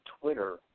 Twitter